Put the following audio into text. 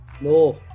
No